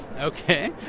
Okay